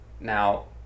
Now